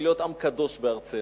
אלא "להיות עם קדוש בארצנו",